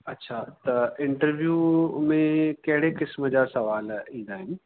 अच्छा त इंटरव्यू में कहिड़े क़िस्म जा सवाल ईंदा आहिनि